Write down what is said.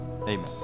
Amen